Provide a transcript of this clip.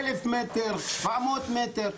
700-1000 מטרים,